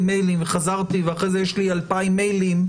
מיילים וחזרתי ואחרי זה יש לי 2,000 מיילים,